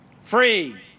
free